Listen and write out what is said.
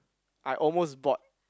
I almost bought